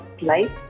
life